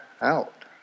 out